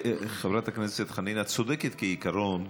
חברת הכנסת חנין, את צודקת, כעיקרון,